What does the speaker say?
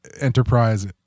enterprise